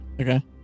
Okay